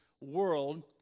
world